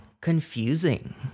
confusing